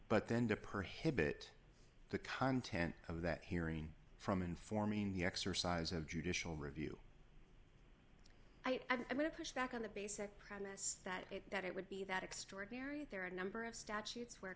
but then to prohibit the content of that hearing from informing the exercise of judicial review i think i'm going to push back on the basic premise that it that it would be that extraordinary there are a number of statutes where